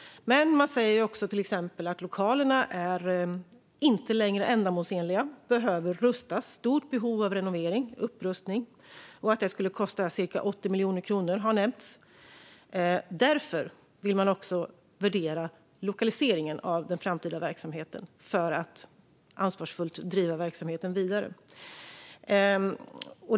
Men man säger också att lokalerna inte längre är ändamålsenliga och behöver rustas upp. Behovet av renovering är stort - att det skulle kosta ca 80 miljoner kronor har nämnts. Därför vill man också värdera lokaliseringen av den framtida verksamheten för att ansvarsfullt driva verksamheten vidare.